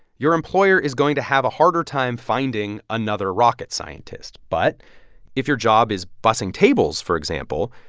your employer is going to have a harder time finding another rocket scientist. but if your job is bussing tables, for example,